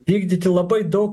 vykdyti labai daug